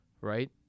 right